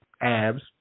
abs